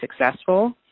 successful